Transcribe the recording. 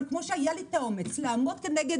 אבל כמו שהיה לי את האומץ לעמוד כנגד